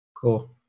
Cool